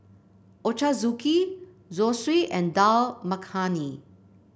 Ochazuke Zosui and Dal Makhani